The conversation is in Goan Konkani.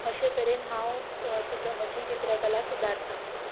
अशें तरेन हांव म्हजी चित्रकला सुदारतां